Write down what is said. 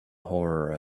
horror